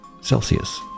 Celsius